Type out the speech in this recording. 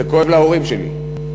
זה כואב להורים שלי.